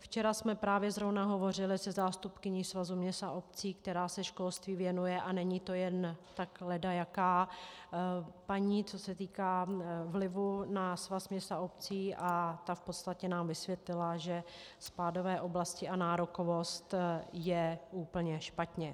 Včera jsme právě zrovna hovořili se zástupkyní Svazu měst a obcí, která se školství věnuje, a není to jen tak ledajaká paní, co se týká vlivu na Svaz měst a obcí, a ta nám v podstatě vysvětlila, že spádové oblasti a nárokovost je úplně špatně.